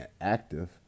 active